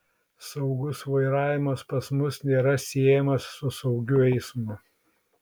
saugus vairavimas pas mus nėra siejamas su saugiu eismu